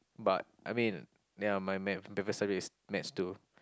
but I mean ya my ma~ favourite subject is Maths too